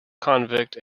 convict